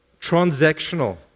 Transactional